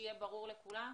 שיהיה ברור לכולם,